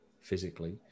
physically